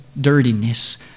dirtiness